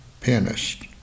pianist